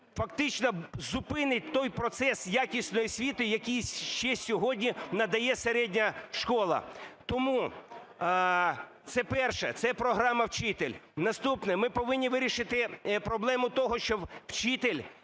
фактично зупинить той процес якісної освіти, який ще сьогодні надає середня школа. Тому це перше – це програма "Вчитель". Наступне. Ми повинні вирішити проблему того, що вчитель,